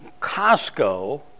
Costco